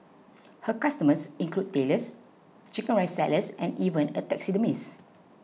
her customers include Tailors Chicken Rice sellers and even a taxidermist